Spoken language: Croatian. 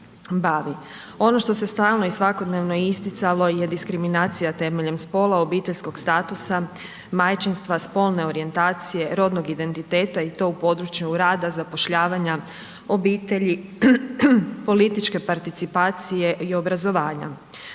Ono što se stalno i svakodnevno isticalo je diskriminacija temeljem spola, obiteljskog statusa, majčinstva, spolne orijentacije, rodnog identiteta i to u području rada, zapošljavanja, obitelji, političke participacije i obrazovanja.